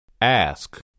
Ask